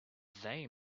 they